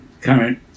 current